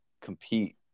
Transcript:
compete